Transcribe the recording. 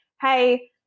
hey